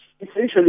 Essentially